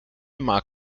mag